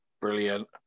Brilliant